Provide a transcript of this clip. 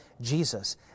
Jesus